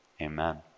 Amen